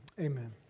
amen